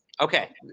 Okay